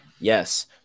Yes